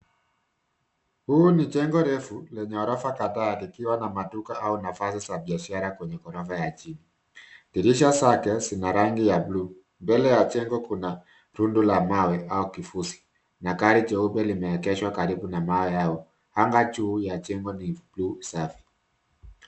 Huu ni jengo refu lenye ghorofa kadhaa likiwa na maduka au nafasi za biashara kwenye ghorofa ya chini. Dirisha zake sina rangi ya buluu. Mbele ya jengo kuna rundo la mawe au kifushi na gari jeupe limeegeshwa karibu na mawe hayo. Anga juu ya jengo ni buluu safi.